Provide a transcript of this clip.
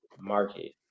market